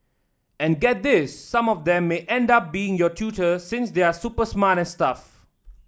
and get this some of them may end up being your tutor since they're super smart and stuff